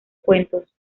cuentos